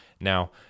now